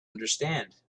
understand